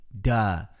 Duh